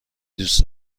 دوست